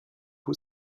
who